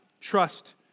trust